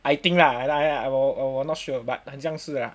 I think lah I I I not sure but 好像是 lah